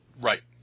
Right